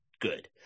good